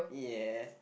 ya